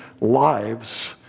lives